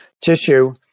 tissue